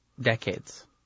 decades